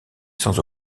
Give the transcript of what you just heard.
sans